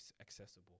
accessible